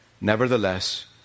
Nevertheless